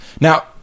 Now